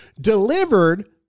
delivered